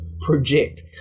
project